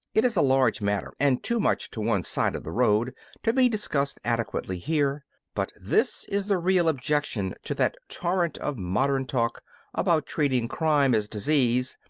it is a large matter and too much to one side of the road to be discussed adequately here but this is the real objection to that torrent of modern talk about treating crime as disease,